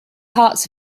hearts